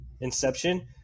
Inception